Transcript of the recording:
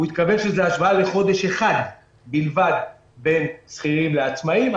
הוא התכוון שזו השוואה לחודש אחד בלבד בין שכירים לעצמאים.